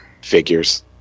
figures